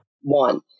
One